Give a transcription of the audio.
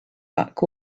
back